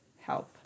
help